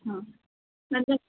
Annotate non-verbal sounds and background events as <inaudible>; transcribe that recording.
ಹಾಂ <unintelligible>